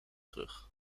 terug